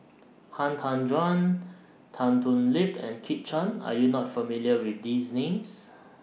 Han Tan Juan Tan Thoon Lip and Kit Chan Are YOU not familiar with These Names